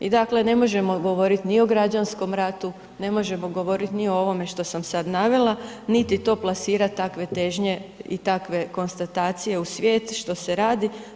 I dakle ne možemo govoriti ni o građanskom ratu, ne možemo govoriti ni o ovome što sam sad navela niti to plasirat takve težnje i takve konstatacije u svijet što se radi.